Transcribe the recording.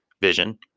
vision